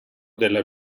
della